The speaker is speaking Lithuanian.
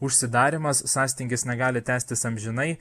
užsidarymas sąstingis negali tęstis amžinai